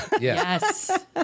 Yes